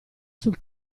sul